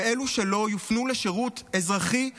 ואלה שלא יופנו לשירות אזרחי ולאומי.